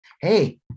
Hey